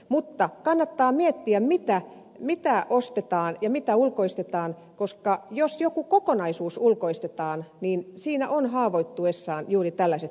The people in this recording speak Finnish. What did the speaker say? mutta kannattaa miettiä mitä ostetaan ja mitä ulkoistetaan koska jos joku kokonaisuus ulkoistetaan niin siinä on haavoittuessaan juuri tällaiset seuraukset